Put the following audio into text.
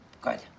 Good